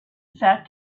sat